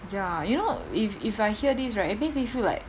ya you know if if I hear this right it makes me feel like